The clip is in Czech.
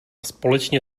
společně